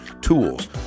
tools